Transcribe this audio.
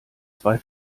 zwei